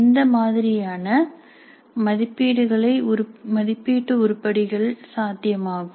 எந்த மாதிரியான மதிப்பீட்டு உருப்படிகள் சாத்தியமாகும்